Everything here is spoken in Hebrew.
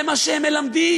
זה מה שהם מלמדים.